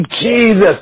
Jesus